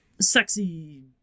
sexy